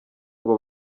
ngo